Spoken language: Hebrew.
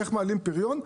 איך מעלים פריון?